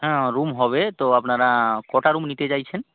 হ্যাঁ রুম হবে তো আপনারা কটা রুম নিতে চাইছেন